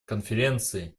конференции